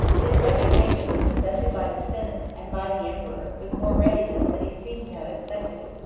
his resignation was accepted by the synod, and by the emperor, with more readiness than he seems to have expected.